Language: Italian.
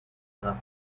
nuca